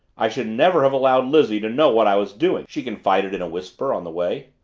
i should never have allowed lizzie to know what i was doing, she confided in a whisper, on the way.